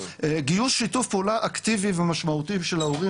גיוס שיתוף פעולה אקטיבי ומשמעותי של ההורים,